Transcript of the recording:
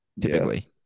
typically